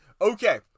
Okay